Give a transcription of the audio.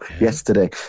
yesterday